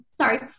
sorry